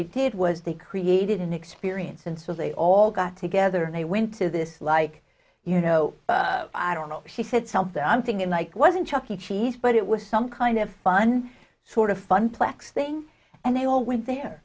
they did was they created an experience and so they all got together and they went to this like you know i don't know she said something i'm thinking like wasn't chuckie cheese but it was some kind of fun sort of fun plex thing and they all went there